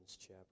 chapter